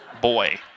boy